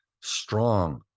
strong